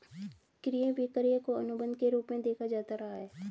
क्रय विक्रय को अनुबन्ध के रूप में देखा जाता रहा है